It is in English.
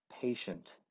patient